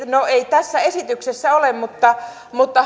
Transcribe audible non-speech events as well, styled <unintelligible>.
no sitä ei tässä esityksessä ole mutta mutta <unintelligible>